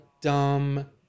dumb